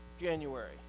January